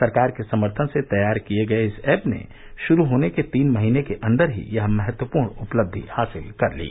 सरकार के समर्थन से तैयार किये गये इस एप ने श्रू होने के तीन महीने के अन्दर ही यह महत्वपूर्ण उपलब्धि हासिल कर ली